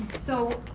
so